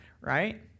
right